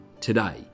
today